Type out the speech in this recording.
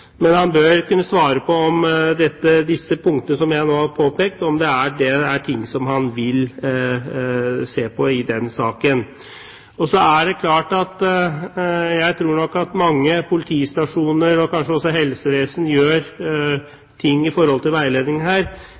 Men han bør kunne svare på om disse punktene som jeg nå har påpekt, er noe han vil se på i den saken. Jeg tror nok at mange politistasjoner og kanskje også helsevesenet gjør ting med hensyn til veiledning her,